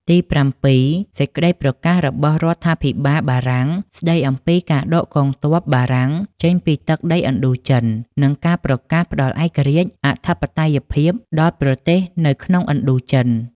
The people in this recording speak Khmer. ទីប្រាំពីរ សេចក្តីប្រកាសពីរបស់រដ្ឋា ភិបាលបារាំង ស្តីអំពីការដកកងទ័ពបារាំងចេញពីទឹកដីឥណ្ឌូចិន និងការប្រកាសផ្តល់ឯករាជ្យ អធិបតេយ្យភាពដល់ប្រទេសនៅក្នុងឥណ្ឌូ ចិន។